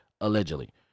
allegedly